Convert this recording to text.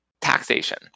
taxation